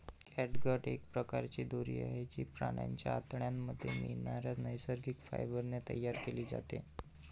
catgut एक प्रकारची दोरी आहे, जी प्राण्यांच्या आतड्यांमध्ये मिळणाऱ्या नैसर्गिक फायबर ने तयार केली जाते